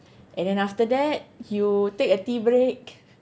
and then after that you take a tea break